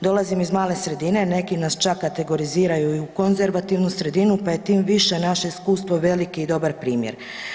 Dolazim iz male sredine, neki nas čak kategoriziraju i u konzervativnu sredinu, pa je tim više naše iskustvo veliki i dobar primjer.